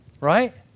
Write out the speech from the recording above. Right